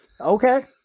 Okay